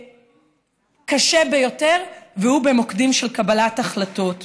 קשה ביותר והוא במוקדים של קבלת החלטות.